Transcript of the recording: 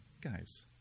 guys